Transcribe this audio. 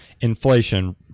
inflation